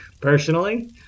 personally